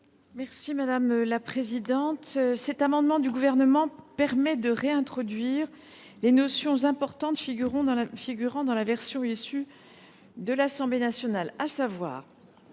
est à Mme la ministre. Cet amendement du Gouvernement permet de réintroduire les notions importantes figurant dans la version issue de l’Assemblée nationale.